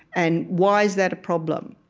and why is that a problem?